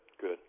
good